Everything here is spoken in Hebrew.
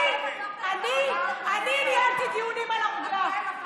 אני ניהלתי דיונים על הרוגלה.